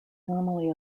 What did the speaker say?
normally